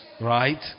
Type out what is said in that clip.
right